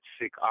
sick